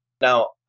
Now